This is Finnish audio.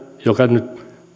joka nyt